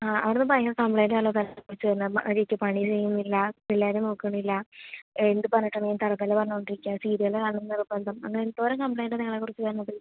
ആ അവിടെനിന്ന് ഭയങ്കര കംപ്ലയിൻറ്റ് ആണല്ലോ തന്നെ കുറിച്ച് വരുന്നത് മര്യാദയ്ക്ക് പണി ചെയ്യുന്നില്ല പിള്ളേരെ നോക്കുന്നില്ല എന്ത് പറഞ്ഞിട്ട് ഉണ്ടെങ്കിലും തറുതല പറഞ്ഞുകൊണ്ട് ഇരിക്കുക സീരിയൽ കാണണമെന്ന് നിർബന്ധം അങ്ങനെ എന്തോരം കംപ്ലയിന്റാണ് നിങ്ങളെ കുറിച്ച് വരുന്നത്